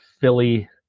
Philly